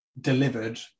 delivered